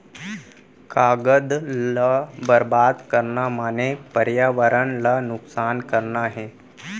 कागद ल बरबाद करना माने परयावरन ल नुकसान करना हे